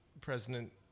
president